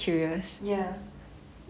ya